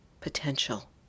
potential